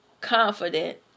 confident